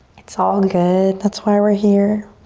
it's all good. that's why we're here.